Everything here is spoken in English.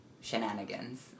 Shenanigans